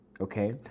Okay